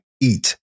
eat